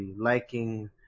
liking